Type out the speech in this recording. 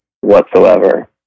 whatsoever